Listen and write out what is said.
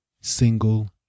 single